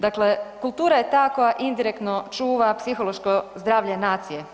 Dakle, kultura je ta koja indirektno čuva psihološko zdravlje nacije.